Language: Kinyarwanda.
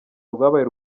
rwabaye